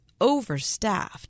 overstaffed